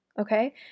okay